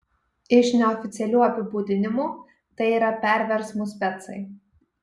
iš neoficialių apibūdinimų tai yra perversmų specai